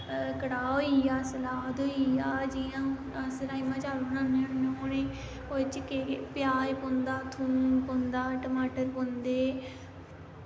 कड़ाह् होईया सलाद होईया जियां अस राजमां चावल बनाने होने ओह्दे च केह् केह् प्याज़ पौंदा थूंम पौंदा टमाटर पौंदे